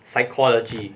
psychology